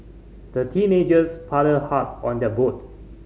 the teenagers paddled hard on their boat